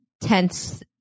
tense